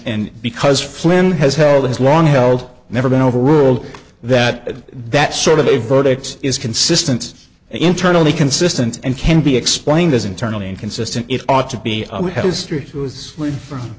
and because flynn has held this long held never been overruled that that sort of a verdict is consistent and internally consistent and can be explained as internally inconsistent it ought to be we have history who is from